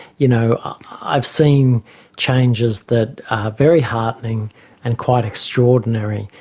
you know i've seen changes that are very heartening and quite extraordinary.